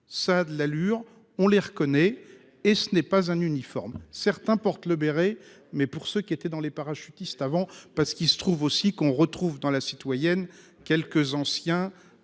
ça de l'allure. On les reconnaît. Et ce n'est pas un uniforme. Certains portent le béret. Mais pour ce qui était dans les parachutistes avant parce qu'il se trouve aussi qu'on retrouve dans la citoyenne quelques anciens